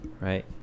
right